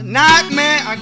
nightmare